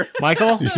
Michael